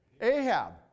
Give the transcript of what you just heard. Ahab